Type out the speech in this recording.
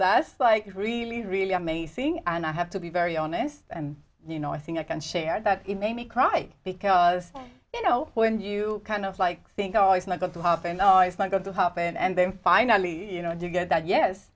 that's like really really amazing and i have to be very honest and you know i think i can share that it made me cry because you know when you kind of like think oh it's not going to have and oh it's not going to happen and then finally you know do you get that yes